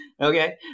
okay